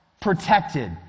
protected